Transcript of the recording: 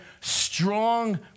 strong